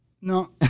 No